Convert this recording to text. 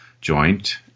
joint